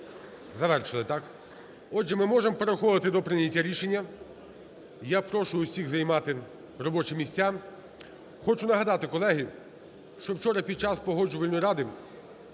Завершили, так? Отже, ми можемо переходити до прийняття рішення. Я прошу всіх займати робочі місця. Хочу нагадати, колеги, що вчора, під час Погоджувальної ради